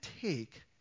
take